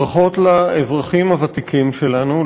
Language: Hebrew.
ברכות לאזרחים הוותיקים שלנו,